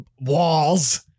walls